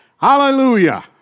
Hallelujah